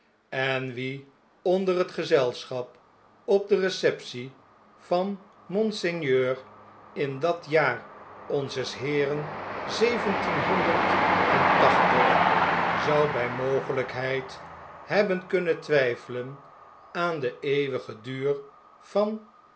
en wie onder het gezeischap op de receptie van monseigneur in dat jaar onzes heeren zeventienhonderd en tachtig zou bij mogelgkheid hebben kunnen twgfelen aan den eeuwigen duur van